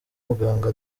muganga